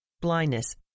blindness